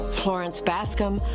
florence bascom,